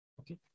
Okay